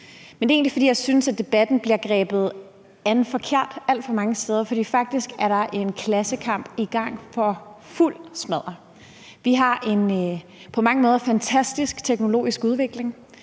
Det er egentlig, fordi jeg synes, at debatten bliver grebet forkert an alt for mange steder, for faktisk er der en klassekamp i gang for fuld smadder. Vi har en på mange måder fantastisk teknologisk udvikling.